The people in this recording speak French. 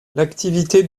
l’activité